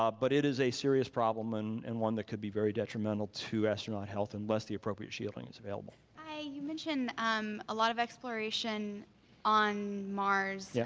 ah but it is a serious problem and and one that could be very detrimental to astronaut health unless the appropriate shielding is available. hi you mentioned um a lot of exploration on mars, yeah